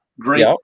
Great